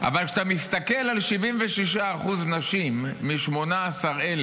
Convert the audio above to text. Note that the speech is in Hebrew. אבל כשאתה מסתכל על 76% נשים מ-18,000,